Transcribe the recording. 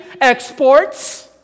exports